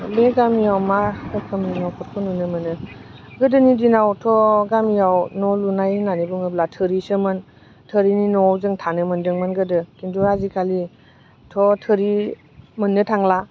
बे गामियाव मा रोखोमनि नखरखौ नुनो मोनो गोदोनि दिनावथ' गामियाव न' लुनाय होननानै बुङोब्ला थोरिसोमोन थोरिनि न'आव जों थानो मोनदोंमोन गोदो खिन्थु आजिखालिथ' थोरि मोननो थांला